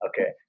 Okay